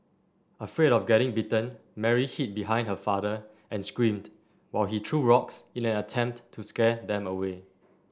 afraid of getting bitten Mary hid behind her father and screamed while he threw rocks in an attempt to scare them away